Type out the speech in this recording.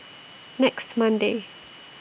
next Monday